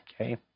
okay